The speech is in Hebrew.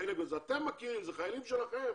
זה חיילים שלכם,